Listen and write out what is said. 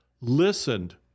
listened